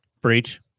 Breach